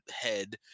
head